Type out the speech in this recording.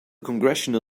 congressional